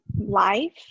life